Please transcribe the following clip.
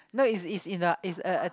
no is is in a is a a